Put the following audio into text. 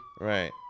Right